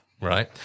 Right